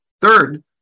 Third